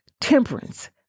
temperance